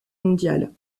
mondiale